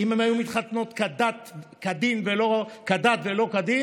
אם הן היו מתחתנות כדת ולא כדין,